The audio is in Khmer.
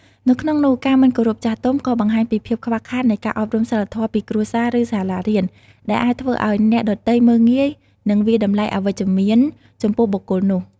នៅក្នុងនោះ ការមិនគោរពចាស់ទុំ ក៏បង្ហាញពីភាពខ្វះខាតនៃការអប់រំសីលធម៌ពីគ្រួសារ ឬសាលារៀន ដែលអាចធ្វើឲ្យអ្នកដទៃមើលងាយ និងវាយតម្លៃអវិជ្ជមានចំពោះបុគ្គលនោះ។